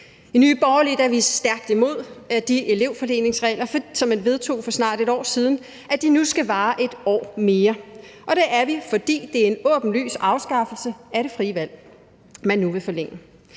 I Nye Borgerlige er vi stærkt imod, at de elevfordelingsregler, som man vedtog for snart et år siden, nu skal vare et år mere. Det er vi, fordi det er en åbenlys afskaffelse af det frie valg, man nu vil forlænge.